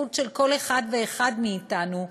בזכות של כל אחד ואחד מאתנו,